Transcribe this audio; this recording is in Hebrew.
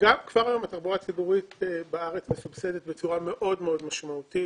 כבר היום התחבורה הציבורית בארץ מסובסדת בצורה מאוד מאוד משמעותית,